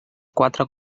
quatre